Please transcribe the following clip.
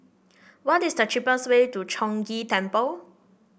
what is the cheapest way to Chong Ghee Temple